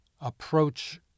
approach